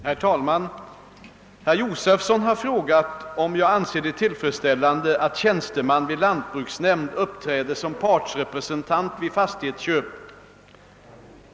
Herr talman! Herr Josefson i Arrie har frågat om jag anser det tiilfredsställande att tjänsteman vid lantbruksnämnd uppträder som partsrepresentant vid fastighetsköp.